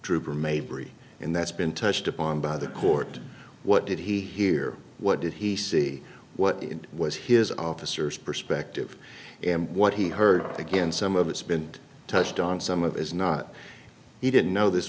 mayberry and that's been touched upon by the court what did he hear what did he see what was his officers perspective and what he heard again some of it's been touched on some of it is not he didn't know this